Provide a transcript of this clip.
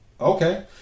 okay